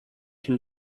can